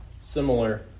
similar